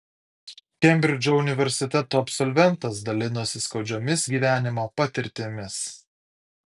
kembridžo universiteto absolventas dalinosi skaudžiomis gyvenimo patirtimis